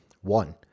One